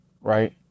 Right